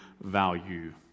value